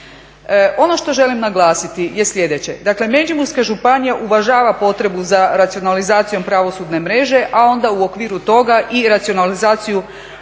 Ono što želim naglasiti je sljedeće, dakle Međimurska županija uvažava potrebu za racionalizacijom pravosudne mreže, a onda u okviru toga i racionalizaciju